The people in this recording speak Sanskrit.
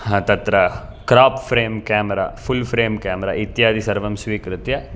तत्र crop frame camera full camera इत्यादि सर्वं स्वीकृत्य